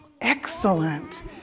Excellent